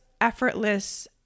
effortless